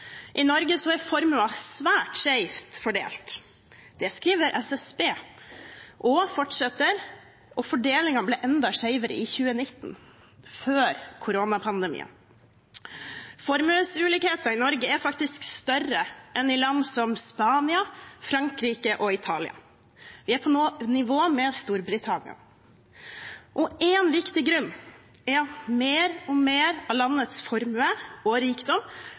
I Norge er formuen «svært skjevt fordelt». Det skriver SSB. De fortsetter med at «fordelingen ble enda skjevere i 2019», før koronapandemien. Formuesulikheten i Norge er faktisk større enn i land som Spania, Frankrike og Italia. Vi er på nivå med Storbritannia. En viktig grunn er at mer og mer av landets formue og rikdom